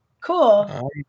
Cool